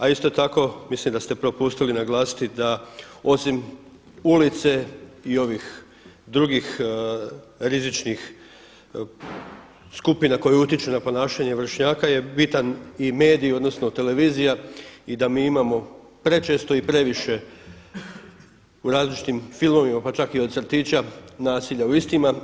A isto tako mislim da ste propustili naglasiti da osim ulice i ovih drugih rizičnih skupina koje utječu na ponašanje vršnjaka je bitan i medij, odnosno televizija i da mi imamo prečesto i previše u različitim filmovima, pa čak i od crtića nasilja u istima.